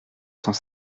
cent